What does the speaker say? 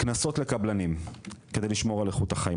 קנסות על קבלנים כדי לשמור על איכות החיים.